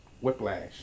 Whiplash